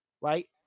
Right